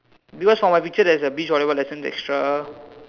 because from my picture there's a beach volleyball lessons extra